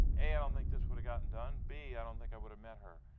a, i don't think this would've gotten done, b, i don't think i would've met her.